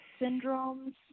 syndromes